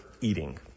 eating